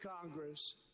Congress